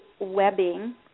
webbing